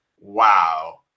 wow